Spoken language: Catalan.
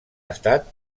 estat